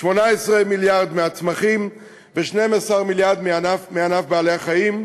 18 מיליארד מהצמחים ו-12 מיליארד מענף בעלי-החיים,